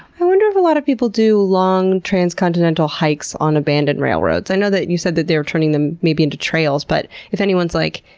i wonder if a lot of people do long, transcontinental hikes on abandoned railroads. i know that you said that they were turning them into trails, but if anyone's like,